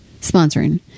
sponsoring